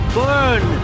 burn